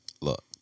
Look